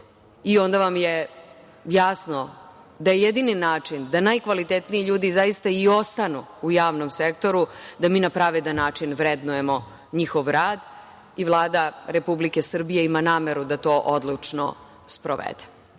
i onda vam je jasno da je jedini način da najkvalitetniji ljudi zaista i ostanu u javnom sektoru da mi na pravedan način vrednujemo njihov rad i Vlada Republike Srbije ima nameru da to odlučno sprovede. Hvala